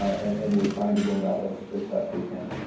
and and we're trying to roll that out as as best we can.